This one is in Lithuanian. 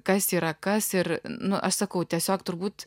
kas yra kas ir nu aš sakau tiesiog turbūt